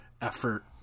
effort